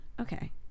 Okay